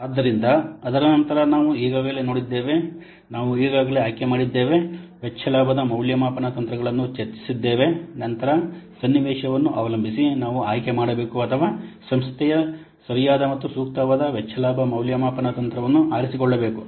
ಆದ್ದರಿಂದ ಅದರ ನಂತರ ನಾವು ಈಗಾಗಲೇ ನೋಡಿದ್ದೇವೆ ನಾವು ಈಗಾಗಲೇ ಆಯ್ಕೆ ಮಾಡಿದ್ದೇವೆ ವೆಚ್ಚ ಲಾಭದ ಮೌಲ್ಯಮಾಪನ ತಂತ್ರಗಳನ್ನು ಚರ್ಚಿಸಿದ್ದೇವೆ ನಂತರ ಸನ್ನಿವೇಶವನ್ನು ಅವಲಂಬಿಸಿ ನಾವು ಆಯ್ಕೆ ಮಾಡಬೇಕು ಅಥವಾ ಸಂಸ್ಥೆಯು ಸರಿಯಾದ ಮತ್ತು ಸೂಕ್ತವಾದ ವೆಚ್ಚ ಲಾಭ ಮೌಲ್ಯಮಾಪನ ತಂತ್ರವನ್ನು ಆರಿಸಿಕೊಳ್ಳಬೇಕು